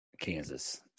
Kansas